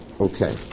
Okay